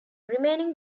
remaining